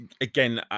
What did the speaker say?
again